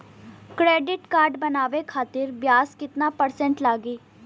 Credit card बनवाने खातिर ब्याज कितना परसेंट लगी?